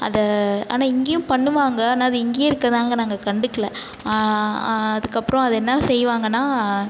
அதை ஆனா இங்கேயும் பண்ணுவாங்க ஆனா அது இங்கேயே இருக்கனாங்க நாங்க கண்டுக்கல அதற்கப்றோ அதை என்ன செய்வாங்கன்னா